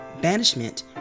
Banishment